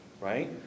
right